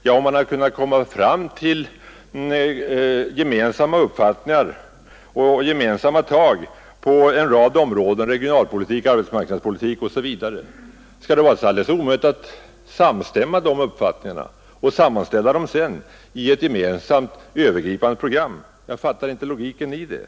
Ja, men om man nu har kunnat komma fram till gemensamma uppfattningar och satsningar på en rad områden, som regionalpolitik, arbetsmarknadspolitik osv., skall det då vara så omöjligt att avstämma dessa uppfattningar och att sedan sammanställa dem i ett övergripande program? Jag fattar inte logiken i detta.